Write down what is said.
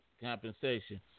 compensation